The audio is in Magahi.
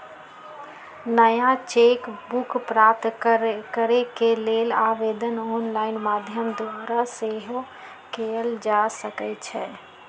नया चेक बुक प्राप्त करेके लेल आवेदन ऑनलाइन माध्यम द्वारा सेहो कएल जा सकइ छै